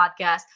podcast